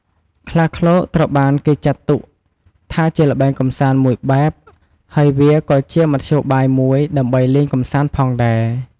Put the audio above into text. ខ្លាឃ្លោកត្រូវបានគេចាត់ទុកថាជាល្បែងកំសាន្តមួយបែប ហើយវាក៏ជាមធ្យោបាយមួយដើម្បីលេងកំសាន្តផងដែរ។